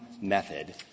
method